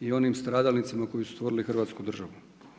i onim stradalnicima koji su stvorili Hrvatsku državu.